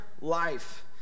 life